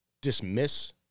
dismiss